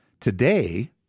Today